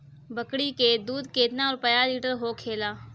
बकड़ी के दूध केतना रुपया लीटर होखेला?